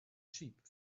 sheep